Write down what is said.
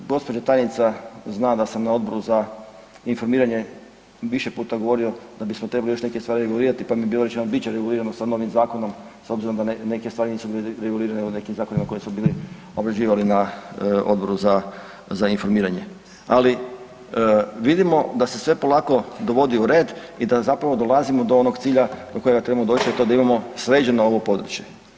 Gospođa tajnica zna da sam na Odboru za informiranje više puta govorio da bismo trebali neke stvari regulirati pa mi je rečeno bit će regulirano sa novim zakonom s obzirom da neke stvari nisu bile regulirane nego nekim zakonima koji smo obrađivali na Odboru za informiranje, ali vidimo da se sve polako dovodi u red i da zapravo dolazimo do onog cilja do kojega trebamo doći, a to je da imamo sređeno ovo područje.